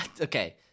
okay